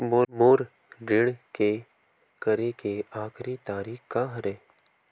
मोर ऋण के करे के आखिरी तारीक का हरे?